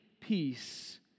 peace